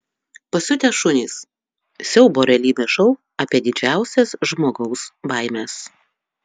pasiutę šunys siaubo realybės šou apie didžiausias žmogaus baimes